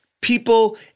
people